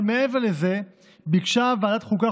אבל מעבר לזה ביקשה ועדת החוקה,